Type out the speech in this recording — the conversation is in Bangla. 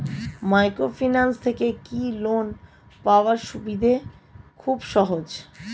মাইক্রোফিন্যান্স থেকে কি লোন পাওয়ার সুবিধা খুব সহজ?